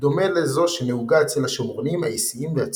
דומה לזו שנהוגה אצל השומרונים, האיסיים והצדוקים.